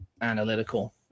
analytical